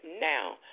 now